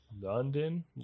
london